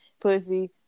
pussy